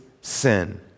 sin